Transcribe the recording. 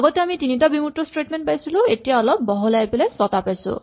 আগতে আমি তিনিটা বিমূৰ্ত স্টেটমেন্ট পাইছিলো এতিয়া অলপ বহলাই ছটা পাইছো